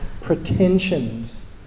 pretensions